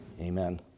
amen